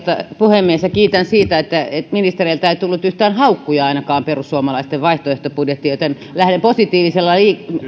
puhemies kiitän siitä että ministereiltä ei tullut yhtään haukkuja ainakaan perussuomalaisten vaihtoehtobudjettiin joten lähden positiivisella